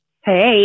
Hey